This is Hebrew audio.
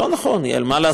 זה לא נכון, יעל, מה לעשות.